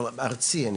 וארצי?